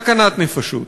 סכנת נפשות.